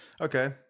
Okay